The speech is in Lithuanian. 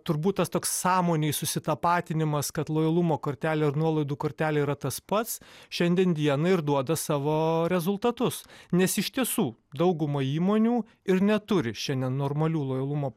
turbūt tas toks sąmonėj susitapatinimas kad lojalumo kortelė ir nuolaidų kortelė yra tas pats šiandien dienai ir duoda savo rezultatus nes iš tiesų dauguma įmonių ir neturi šiandien normalių lojalumo